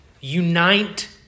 Unite